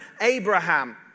Abraham